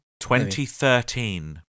2013